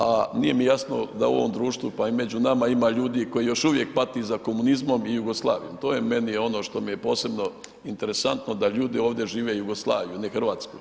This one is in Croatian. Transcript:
A nije mi jasno da u ovom društvu pa i među nama ima ljudi koji još uvijek pati za komunizmom i Jugoslavijom, to je meni ono što mi je posebno interesantno da ljudi ovdje žive Jugoslaviju a ne Hrvatsku.